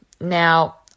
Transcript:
Now